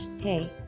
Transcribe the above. Hey